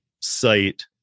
site